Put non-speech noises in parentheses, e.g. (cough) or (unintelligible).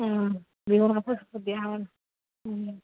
(unintelligible)